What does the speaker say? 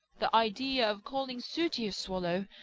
the idea of calling sooty a swallow!